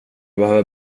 behöver